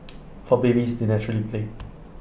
for babies they naturally play